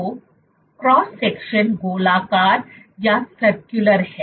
तो cross section गोलाकार है